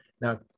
Now